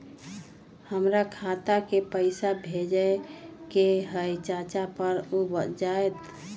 हमरा खाता के पईसा भेजेए के हई चाचा पर ऊ जाएत?